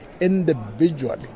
individually